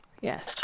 Yes